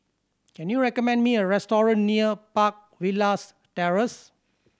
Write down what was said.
can you recommend me a restaurant near Park Villas Terrace